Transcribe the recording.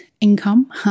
income